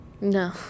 No